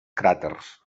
cràters